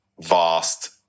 vast